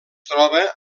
troba